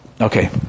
Okay